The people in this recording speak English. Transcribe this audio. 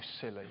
silly